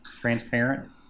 transparent